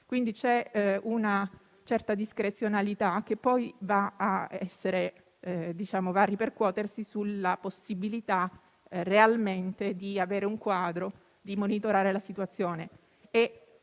quindi una certa discrezionalità che poi va a ripercuotersi sulla possibilità di avere un quadro e di monitorare la situazione.